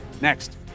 Next